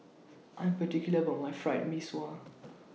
I'm particular about My Fried Mee Sua